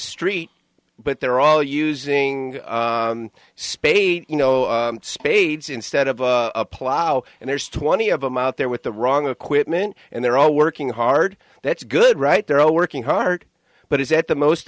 street but they're all using spade you know spades instead of a plow and there's twenty of them out there with the wrong equipment and they're all working hard that's good right they're all working hard but is that the most